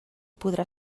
podrà